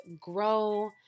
grow